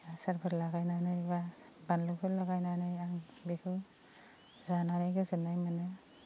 आसारफोर लागायनानै एबा बानलुफोर लगायनानै आं बिदिखौ जानानै गोजोननाय मोनो